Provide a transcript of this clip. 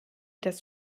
das